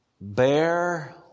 bear